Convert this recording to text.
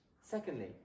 Secondly